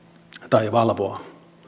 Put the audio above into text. tai valvoa